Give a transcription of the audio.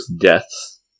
deaths